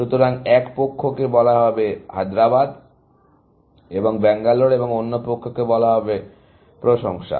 সুতরাং এক পক্ষকে বলা হবে হায়দ্রাবাদ এবং ব্যাঙ্গালোর এবং অন্য পক্ষকে বলা হবে প্রশংসা